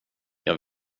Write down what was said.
jag